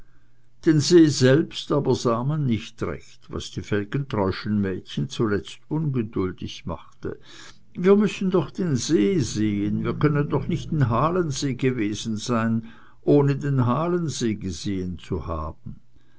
den see selbst aber sah man nicht recht was die felgentreuschen mädchen zuletzt ungeduldig machte wir müssen doch den see sehen wir können doch nicht in halensee gewesen sein ohne den halensee gesehen zu haben